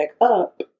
up